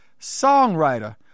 songwriter